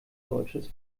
deutsches